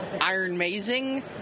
Iron-mazing